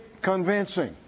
convincing